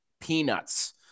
peanuts